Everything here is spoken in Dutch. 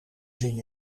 zien